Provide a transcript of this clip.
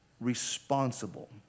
Responsible